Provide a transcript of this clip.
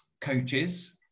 coaches